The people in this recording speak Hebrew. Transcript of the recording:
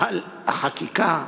על החקיקה,